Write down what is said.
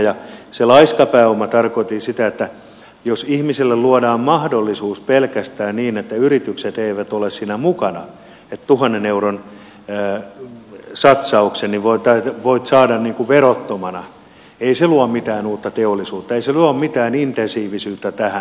ja laiskalla pääomalla tarkoitin sitä että jos ihmiselle luodaan mahdollisuus pelkästään niin että yritykset eivät ole siinä mukana että tuhannen euron satsaukseni voit saada verottomana niin ei se luo mitään uutta teollisuutta ei se luo mitään intensiivisyyttä tähän